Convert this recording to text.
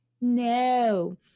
No